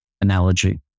analogy